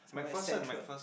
somewhere central